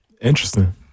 Interesting